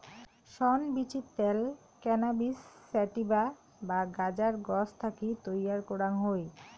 শন বীচির ত্যাল cannabis sativa বা গাঁজার গছ থাকি তৈয়ার করাং হই